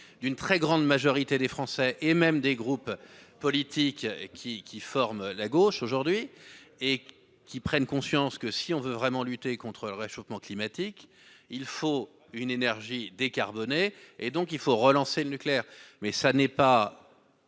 d'une très grande majorité des Français et même des groupes politiques qui qui forment la gauche aujourd'hui et qu'prennent conscience que si on veut vraiment lutter contre le réchauffement climatique. Il faut une énergie décarbonée, et donc il faut relancer le nucléaire mais ça n'est pas.